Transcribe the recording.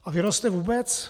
A vyroste vůbec?